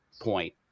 point